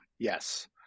yes